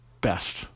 best